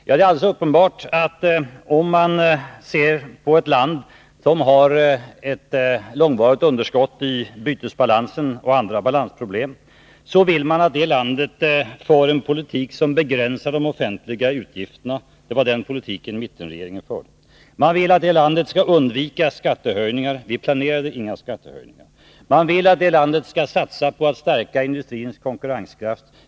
Det är alldeles uppenbart att man vill att ett land som har ett långvarigt underskott i bytesbalansen och andra balansproblem skall föra en politik som begränsar de offentliga utgifterna. Det var den politiken mittenregeringen förde. Man vill att det landet skall undvika skattehöjningar. Vi planerade inga skattehöjningar. Man vill att det landet skall satsa på att stärka industrins konkurrenskraft.